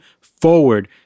forward